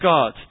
God